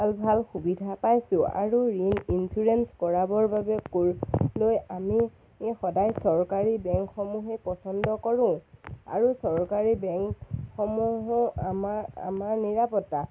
ভাল ভাল সুবিধা পাইছোঁ আৰু ঋণ ইঞ্চুৰেঞ্চ কৰাবৰ বাবে কৰিবলৈ আমি সদায় চৰকাৰী বেংকসমূহে পচন্দ কৰোঁ আৰু চৰকাৰী বেংকসমূহো আমাৰ আমাৰ নিৰাপত্তা